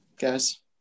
guys